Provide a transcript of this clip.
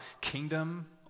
kingdom